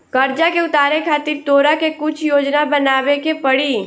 कर्जा के उतारे खातिर तोरा के कुछ योजना बनाबे के पड़ी